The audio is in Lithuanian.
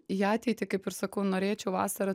į ateitį kaip ir sakau norėčiau vasarą